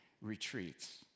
retreats